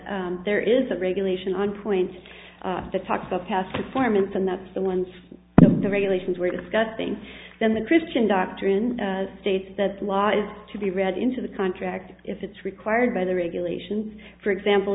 but there is a regulation on point the talks of past performance and that's the ones the regulations were discussing then the christian doctrine states that the law is to be read into the contract if it's required by the regulations for example